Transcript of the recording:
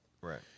Right